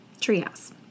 Treehouse